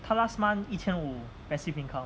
他 last month 一千五 passive income